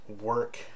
work